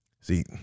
See